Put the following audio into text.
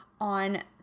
on